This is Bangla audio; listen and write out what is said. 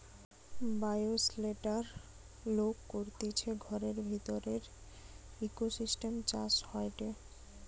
বায়োশেল্টার লোক করতিছে ঘরের ভিতরের ইকোসিস্টেম চাষ হয়টে